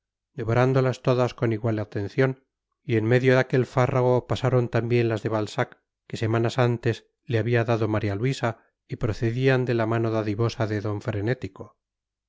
devorándolas todas con igual atención y en medio de aquel fárrago pasaron también las de balzac que semanas antes le había dado maría luisa y procedían de la mano dadivosa de don frenético